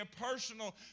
personal